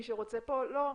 מי שרוצה לא.